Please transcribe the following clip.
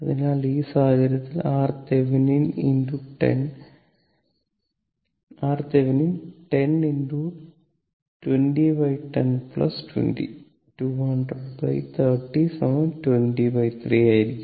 അതിനാൽ ഈ സാഹചര്യത്തിൽ RThevenin 10 2010 20 20030 203 ആയിരിക്കും